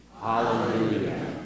Hallelujah